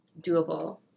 doable